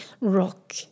rock